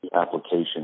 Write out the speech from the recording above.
application